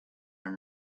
and